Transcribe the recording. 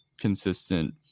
consistent